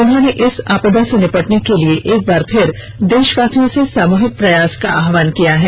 उन्होंने इस आपदा से निपटने के लिए एकबार फिर देशवासियों से सामूहिक प्रयास का आहवान किया है